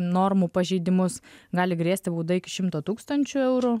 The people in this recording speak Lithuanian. normų pažeidimus gali grėsti bauda iki šimto tūkstančių eurų